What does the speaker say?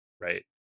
right